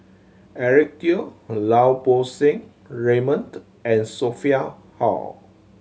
Eric Teo Lau Poo Seng Raymond and Sophia Hull